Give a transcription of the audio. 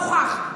הוכח.